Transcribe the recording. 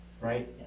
right